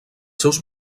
seus